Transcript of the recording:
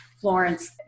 Florence